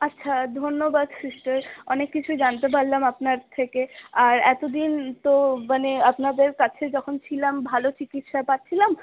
আচ্ছা ধন্যবাদ সিস্টার অনেক কিছু জানতে পারলাম আপনার থেকে আর এতদিন তো মানে আপনাদের কাছে যখন ছিলাম ভালো চিকিৎসা পাচ্ছিলাম